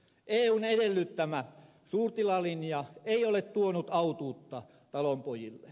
eun edellyttämä suurtilalinja ei ole tuonut autuutta talonpojille